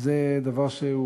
זה דבר שהוא